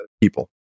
people